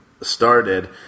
started